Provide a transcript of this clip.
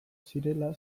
zirela